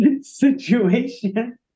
situation